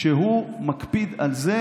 שהוא מקפיד על זה,